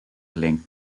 link